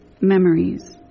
memories